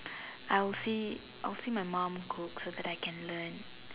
I will see I will see my mum cooks so that I can learn